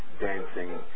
Dancing